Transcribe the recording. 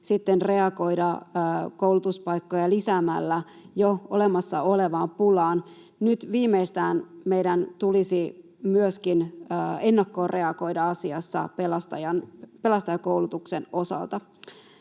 reagoida koulutuspaikkoja lisäämällä jo olemassa olevaan pulaan. Nyt viimeistään meidän tulisi myöskin ennakkoon reagoida asiassa pelastajakoulutuksen osalta.